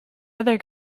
other